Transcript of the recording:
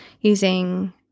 using